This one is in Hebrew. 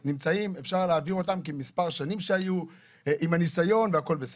אפשר להעביר אותם כי עם מספר שנים שהיו עם הניסיון והכל בסדר.